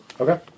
Okay